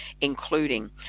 including